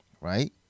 right